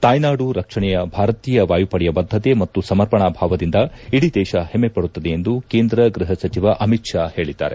ತಾಯ್ನಾಡು ರಕ್ಷಣೆಯ ಭಾರತೀಯ ವಾಯುಪಡೆಯ ಬದ್ದತೆ ಮತ್ತು ಸಮರ್ಪಣಾ ಭಾವದಿಂದ ಇಡೀ ದೇಶ ಹೆಮ್ಮೆ ಪಡುತ್ತದೆ ಎಂದು ಕೇಂದ್ರ ಗ್ಬಹ ಸಚಿವ ಅಮಿತ್ ಷಾ ಹೇಳಿದ್ದಾರೆ